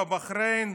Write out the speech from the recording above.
בבחריין,